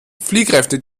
fliehkräfte